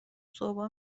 صبحها